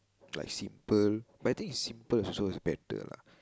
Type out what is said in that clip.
like simple but I think is simple also is better lah